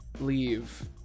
leave